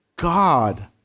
god